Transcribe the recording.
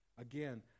again